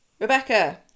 Rebecca